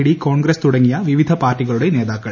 D Congress തുടങ്ങിയ വിവിധ പാർട്ടികളുടെ നേതാക്കൾ